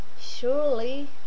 Surely